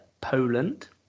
Poland